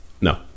No